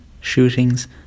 shootings